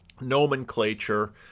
nomenclature